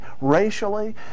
racially